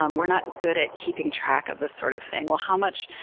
um we're not good at keeping track of this sort of thing. well, how much?